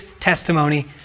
testimony